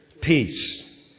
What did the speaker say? Peace